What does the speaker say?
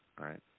right